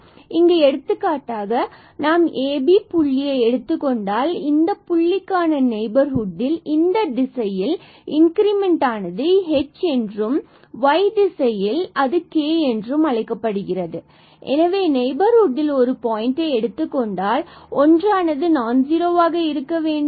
எனவே இங்கு எடுத்துக்காட்டாக நாம் இந்த ab புள்ளியை எடுத்துக் கொண்டால் தற்பொழுது இந்த புள்ளிக்கான நெய்பர்ஹுட்டில் இந்த திசையில் இந்த இன்கிரிமென்ட் ஆனது h என்றும் y திசையில் இது k என்றும் அழைக்கப்படுகிறது எனவே நெய்பர்ஹுட்டில் ஒரு பாயிண்டை எடுத்துக்கொண்டால் ஒன்றானது நான் ஜுரோவாக இருக்க வேண்டும்